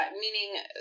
meaning